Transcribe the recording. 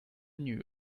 knew